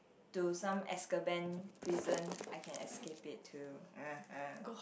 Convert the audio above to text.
do some Azkaban prison I can escape it to